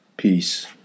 Peace